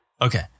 okay